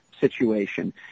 situation